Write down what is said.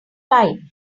time